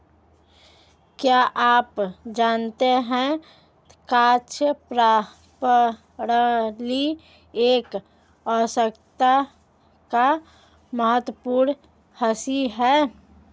क्या आप जानते है खाद्य प्रणाली एक अर्थव्यवस्था का महत्वपूर्ण हिस्सा है?